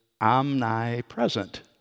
omnipresent